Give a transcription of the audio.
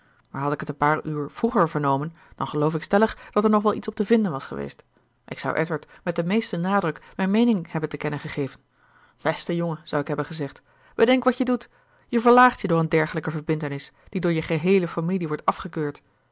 maar had ik het een paar uur vroeger vernomen dan geloof ik stellig dat er nog wel iets op te vinden was geweest ik zou edward met den meesten nadruk mijn meening hebben te kennen gegeven beste jongen zou ik hebben gezegd bedenk wat je doet je verlaagt je door een dergelijke verbintenis die door je geheele familie wordt afgekeurd